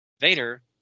Vader